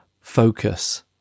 focus